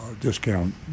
discount